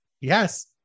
Yes